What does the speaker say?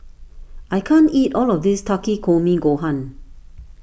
I can't eat all of this Takikomi Gohan